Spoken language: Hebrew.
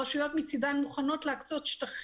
הרשויות מצידן מוכנות להקצות שטח